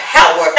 Power